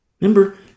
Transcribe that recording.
Remember